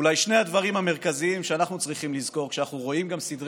ואולי שני הדברים המרכזיים שאנחנו צריכים לזכור כשאנחנו רואים סדרי